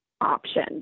option